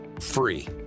free